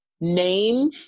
name